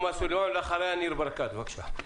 בבקשה.